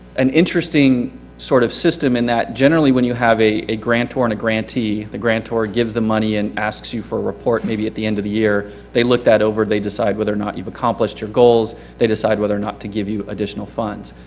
an interesting sort of system in that, generally when you have a, a guarantor and a guarantee, a guarantor gives the money and asks you for a report maybe at the end of the year, they look that over they decide whether or not you've accomplished your goals, they decide whether or not to give you additional funds.